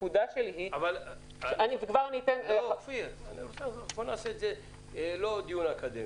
בוא לא נקיים דיון אקדמי.